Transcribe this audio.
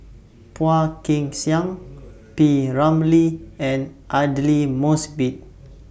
Phua Kin Siang P Ramlee and Aidli Mosbit